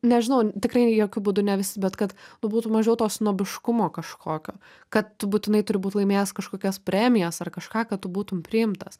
nežinau tikrai ne jokiu būdu ne visi bet kad nu būtų mažiau to snobiškumo kažkokio kad tu būtinai turi būt laimėjęs kažkokias premijas ar kažką kad tu būtum priimtas